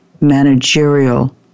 managerial